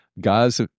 Guys